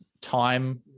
time